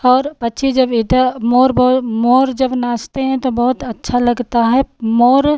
और पक्षी जब इधर मोर बहो मोर जब नाचते हैं तो बहुत अच्छा लगता है मोर